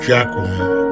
Jacqueline